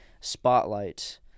Spotlight